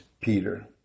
Peter